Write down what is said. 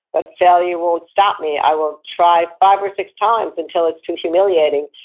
but failure won't stop me, i will try five or six times until it's too humiliating,